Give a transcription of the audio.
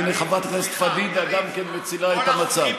הינה, גם חברת הכנסת פדידה מצילה את המצב.